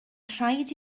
rhaid